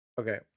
Okay